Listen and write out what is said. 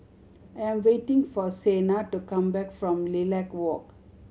I am waiting for Sena to come back from Lilac Walk